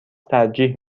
ترجیح